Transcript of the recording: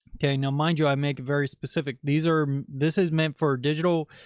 okay. now mind you, i make very specific. these are, this is meant for digital.